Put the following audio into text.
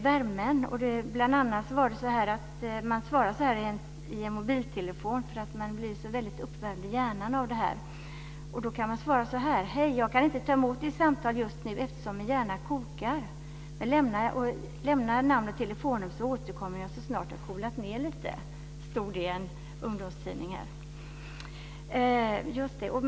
Värmen i hjärnan ökar ju när man talar i en mobiltelefon. Då kan man svara så här: Hej, jag kan inte ta emot ditt samtal just nu eftersom min hjärna kokar. Men lämna namn och telefonnummer så återkommer jag så snart jag coolat ned lite. Så stod det i en ungdomstidning.